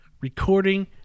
recording